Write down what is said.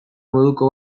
moduko